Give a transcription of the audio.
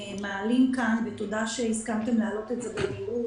תודה שהסכמתם להעלות את הנושא במהירות.